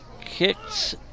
kicks